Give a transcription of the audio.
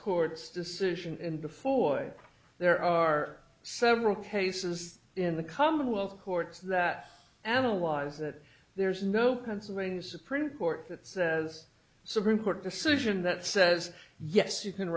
court's decision and before way there are several cases in the commonwealth courts that analyze that there's no pennsylvania supreme court that says supreme court decision that says yes you can